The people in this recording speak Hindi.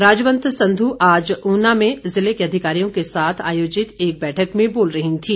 राजवंत संध् आज ऊना में जिले के अधिकारियों के साथ आयोजित एक बैठक में बोल रही थीं